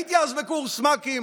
הייתי אז בקורס מ"כים,